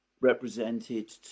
represented